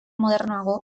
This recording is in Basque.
modernoago